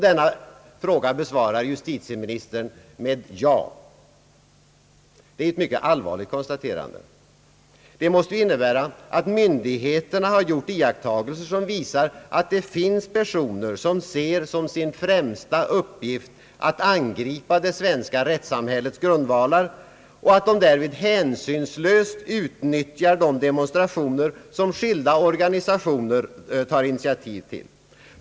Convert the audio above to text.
Denna fråga besvarade justitieministern med ja. Det är ett mycket allvarligt konstaterande. Det måste ju innebära att myndigheterna har gjort iakttagelser som visar att det finns personer vilka ser som sin främsta uppgift att angripa det svenska rättssamhällets grundvalar, varvid de hänsynslöst utnyttjar de demonstrationer som skilda organisationer tar initiativ till.